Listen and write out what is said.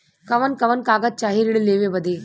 कवन कवन कागज चाही ऋण लेवे बदे?